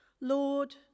Lord